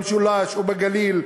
למשולש ולגליל.